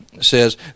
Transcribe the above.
says